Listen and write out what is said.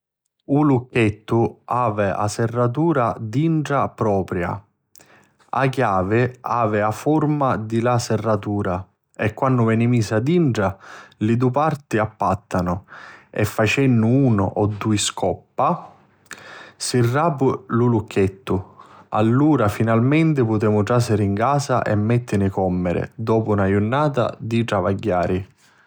Lu lucchettu avi a serratura dintra propria, a chiavi avi a furma di la serratura e quannu veni misa dintra, li dui parti appattanu e facennu unu o dui scoppa si rapi u lucchettu. Allura finalmenti putemu trasiri 'n casa e mèttini còmmiri dopu na jurnata di travagghiri.